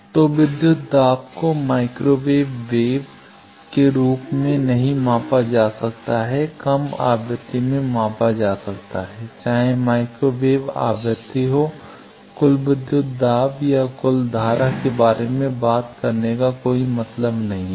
तो विद्युत दाब को माइक्रो वेव के रूप में नहीं मापा जा सकता है कम आवृत्ति में मापा जा सकता है चाहे माइक्रो वेव आवृत्ति हो कुल विद्युत दाब या कुल धारा के बारे में बात करने का कोई मतलब नहीं है